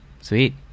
Sweet